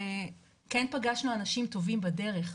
כן פגשנו אנשים טובים בדרך,